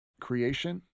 creation